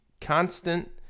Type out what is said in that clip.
constant